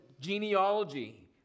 genealogy